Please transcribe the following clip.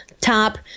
top